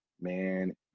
man